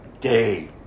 day